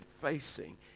facing